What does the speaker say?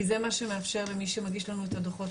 כי זה מה מאפשר למי שמגיש לנו את הדוחות,